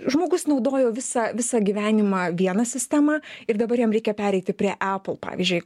žmogus naudojo visą visą gyvenimą vieną sistemą ir dabar jam reikia pereiti prie apple pavyzdžiui